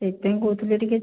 ସେଇଥିପାଇଁ କହୁଥିଲି ଟିକିଏ